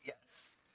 yes